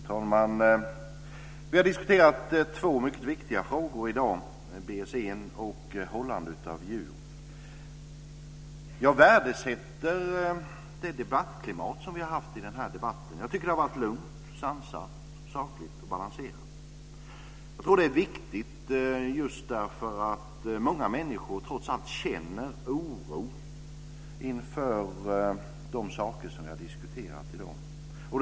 Fru talman! Vi har diskuterat två mycket viktiga frågor i dag, BSE och hållande av djur. Jag värdesätter debattklimatet, som har varit lugnt, sansat, sakligt och balanserat. Jag tror att det är viktigt, just därför att många människor trots allt känner oro inför de frågor som vi har diskuterat i dag.